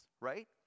right